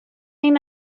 این